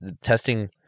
testing